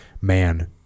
man